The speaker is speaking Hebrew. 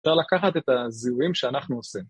אפשר לקחת את הזיהויים שאנחנו עושים